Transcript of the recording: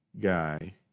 guy